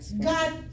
God